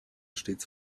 stets